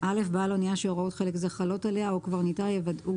בעל אנייה שהוראות חלק זה חלות עליה או קברניטה יוודאו